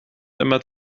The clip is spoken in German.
immer